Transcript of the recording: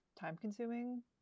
time-consuming